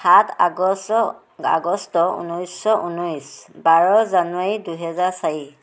সাত আগষ্ট আগষ্ট ঊনৈছশ ঊনৈছ বাৰ জানুৱাৰী দুহেজাৰ চাৰি